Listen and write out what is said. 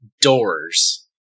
doors